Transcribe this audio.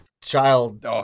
child